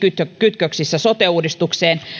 kytköksissä sote uudistukseen